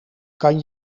kan